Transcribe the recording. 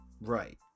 Right